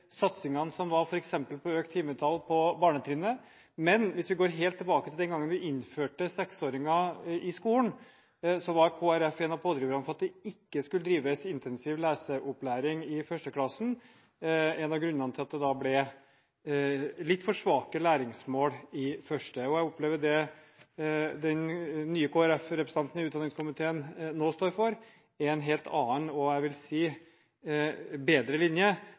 barnetrinnet, og hvis vi går helt tilbake til den gangen vi innførte skole for seksåringer, var Kristelig Folkeparti en av pådriverne for at det ikke skulle drives intensiv leseopplæring i 1. klasse, en av grunnene til at det da ble litt for svake læringsmål i 1. klasse. Jeg opplever at det den nye Kristelig Folkeparti-representanten i utdanningskomiteen nå står for, er en helt annen og – jeg vil si – bedre linje